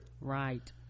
right